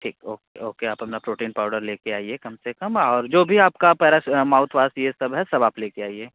ठीक okay okay आप अपना प्रोटीन पाउडर ले कर आइए कम से कम और जो भी आपका पास माउथवास ये सब है सब आप ले कर आइए